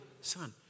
son